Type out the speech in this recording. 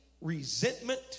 resentment